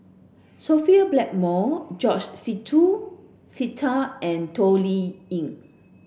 Sophia Blackmore George Sita and Toh Liying